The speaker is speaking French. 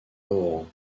oran